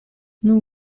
non